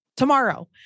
tomorrow